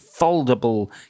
foldable